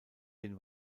den